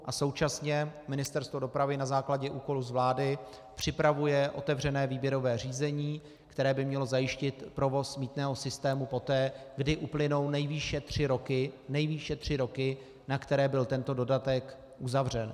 A současně Ministerstvo dopravy na základě úkolů z vlády připravuje otevřené výběrové řízení, které by mělo zajistit provoz mýtného systému poté, kdy uplynou nejvýše tři roky nejvýše tři roky na které byl tento dodatek uzavřen.